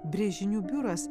brėžinių biuras